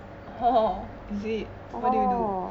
orh is it what did you do